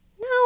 No